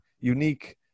unique